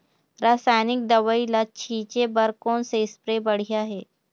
रासायनिक दवई ला छिचे बर कोन से स्प्रे बढ़िया हे?